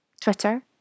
twitter